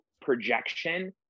projection